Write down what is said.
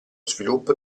sviluppo